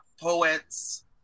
poets